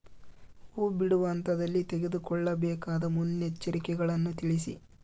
ಹೂ ಬಿಡುವ ಹಂತದಲ್ಲಿ ತೆಗೆದುಕೊಳ್ಳಬೇಕಾದ ಮುನ್ನೆಚ್ಚರಿಕೆಗಳನ್ನು ತಿಳಿಸಿ?